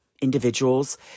individuals